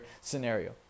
scenario